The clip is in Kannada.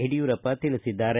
ಯಡಿಯೂರಪ್ಪ ತಿಳಿಸಿದ್ದಾರೆ